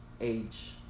Age